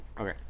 Okay